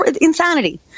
insanity